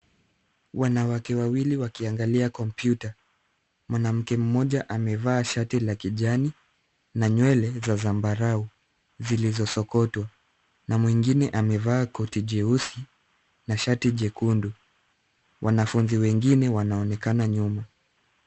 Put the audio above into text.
Wanawake wawili wakiangalia kompyuta, mwanamke mmoja amevaa shati la kijani, na nywele za zambarau, Zilizosokotwa. Na mwingine amevaa koti jeusi. Na shati jekundu. Wanafunzi wengine wanaonekana nyuma.